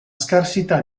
scarsità